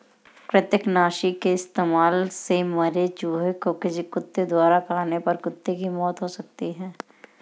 कृतंकनाशी के इस्तेमाल से मरे चूहें को किसी कुत्ते द्वारा खाने पर कुत्ते की मौत हो सकती है